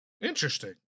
Interesting